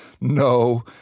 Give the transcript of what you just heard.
No